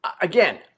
Again